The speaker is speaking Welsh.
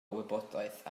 wybodaeth